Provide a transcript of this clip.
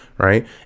Right